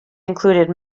included